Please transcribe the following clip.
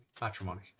matrimony